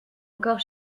encore